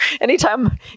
Anytime